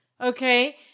Okay